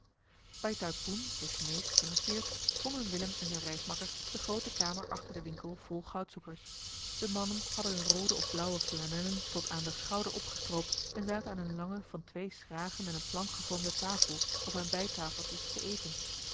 taipoen den chinees teruggekeerd vonden willem en zijn reismakker de groote kamer achter den winkel vol goudzoekers de mannen hadden hunne roode of blauwe flanellen tot aan den schouder opgestroopt en zaten aan eene lange van twee schragen en eene plank gevormde tafel of aan bijtafeltjes te eten